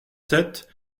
sept